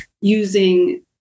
using